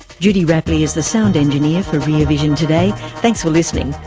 judy rapley is the sound engineer for rear vision today. thanks for listening.